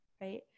right